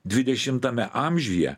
dvidešimtame amžiuje